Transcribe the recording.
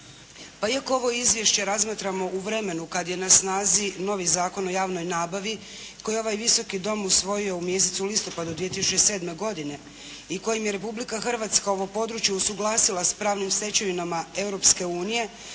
Pa iako ovo izvješće razmatramo u vremenu kad je na snazi novi Zakon o javnoj nabavi koji je ovaj Visoki dom usvojio u mjesecu listopadu 2007. godine i kojim je Republika Hrvatska ovo područje usuglasila s pravnim stečevinama